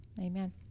Amen